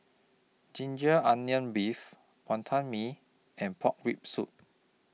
Ginger Onions Beef Wantan Mee and Pork Rib Soup